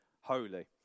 holy